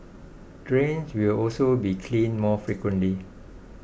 drains will also be cleaned more frequently